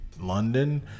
London